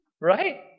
Right